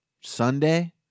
Sunday